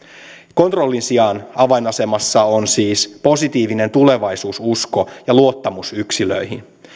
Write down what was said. kontrollin sijaan avainasemassa on siis positiivinen tulevaisuususko ja luottamus yksilöihin